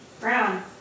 Brown